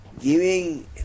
giving